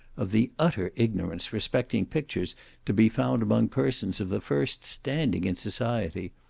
of the utter ignorance respecting pictures to be found among persons of the first standing in society.